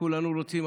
כולנו רוצים.